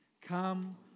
Come